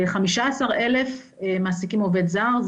חמישה עשר אלף מעסיקים עובד זר.